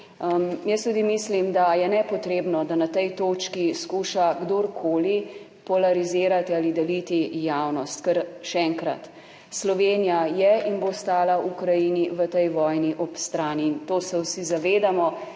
jaz tudi mislim, da je nepotrebno, da na tej točki skuša kdorkoli polarizirati ali deliti javnost, ker, še enkrat, Slovenija je in bo stala Ukrajini v tej vojni ob strani in to se vsi zavedamo,